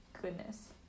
goodness